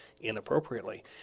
inappropriately